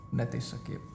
netissäkin